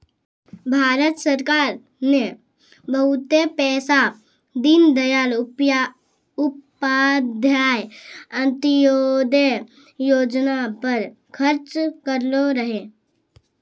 भारत सरकार ने बहुते पैसा दीनदयाल उपाध्याय अंत्योदय योजना पर खर्च करलो रहै